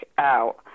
out